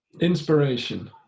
inspiration